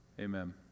Amen